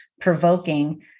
provoking